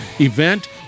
event